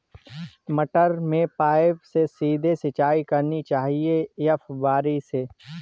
मटर में पाइप से सीधे सिंचाई करनी चाहिए या फुहरी से?